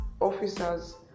officers